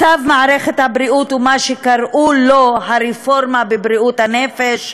מצב מערכת הבריאות ומה שקראו לו הרפורמה בבריאות הנפש,